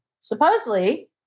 supposedly